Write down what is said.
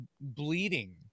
bleeding